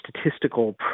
statistical